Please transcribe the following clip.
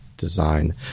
design